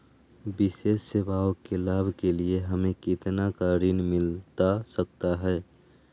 विशेष सेवाओं के लाभ के लिए हमें कितना का ऋण मिलता सकता है?